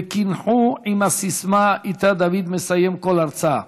וקינחו עם הסיסמה שאיתה דוד מסיים כל הרצאה,